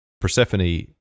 Persephone